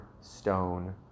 stone